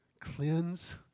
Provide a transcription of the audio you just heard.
cleanse